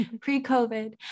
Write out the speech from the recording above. pre-covid